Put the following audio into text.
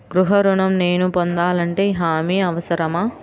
గృహ ఋణం నేను పొందాలంటే హామీ అవసరమా?